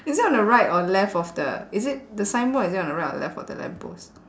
is it on the right or left of the is it the signboard is it on the right or the left of the lamp post